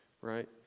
Right